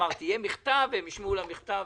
יהיה מכתב והם ישמעו למכתב.